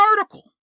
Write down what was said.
article